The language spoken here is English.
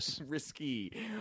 Risky